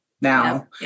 now